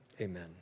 Amen